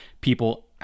people